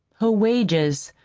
her wages.